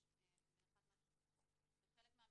יש בחלק מהמסמכים,